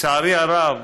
לצערי הרב,